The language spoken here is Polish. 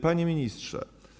Panie Ministrze!